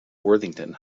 worthington